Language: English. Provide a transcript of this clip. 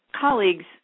colleagues